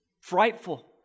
frightful